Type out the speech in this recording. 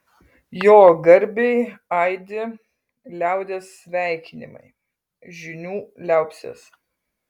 jo garbei aidi liaudies sveikinimai žynių liaupsės